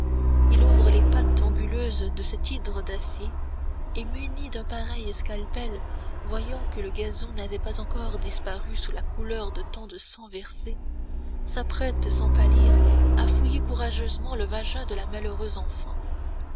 il ouvre les pattes anguleuses de cet hydre d'acier et muni d'un pareil scalpel voyant que le gazon n'avait pas encore disparu sous la couleur de tant de sang versé s'apprête sans pâlir à fouiller courageusement le vagin de la malheureuse enfant